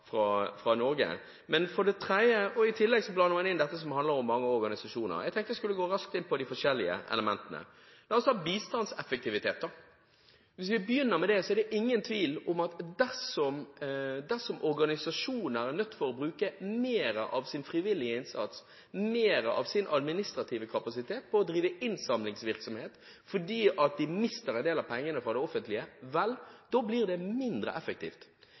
fra Norge. I tillegg blander man inn dette som handler om mange organisasjoner. Jeg tenkte jeg skulle gå raskt inn på de forskjellige elementene. La oss begynne med bistandseffektivitet. Det er ingen tvil om at dersom organisasjoner er nødt til å bruke mer av sin frivillige innsats og mer av sin administrative kapasitet på å drive innsamlingsvirksomhet, fordi de mister en del av pengene fra det offentlige, blir det mindre effektivt.